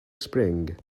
spring